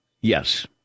Yes